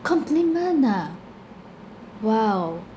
compliment ah !wow!